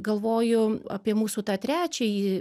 galvoju apie mūsų tą trečiąjį